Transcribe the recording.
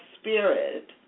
spirit